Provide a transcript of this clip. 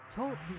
Talk